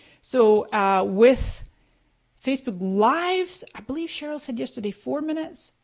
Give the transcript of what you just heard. so with facebook lives, i believe sheryl said yesterday four minutes,